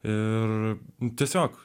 ir tiesiog